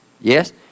Yes